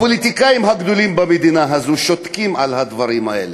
הפוליטיקאים הגדולים במדינה הזאת שותקים על הדברים האלה?